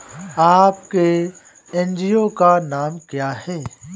आपके एन.जी.ओ का नाम क्या है?